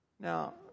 Now